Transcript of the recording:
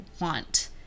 want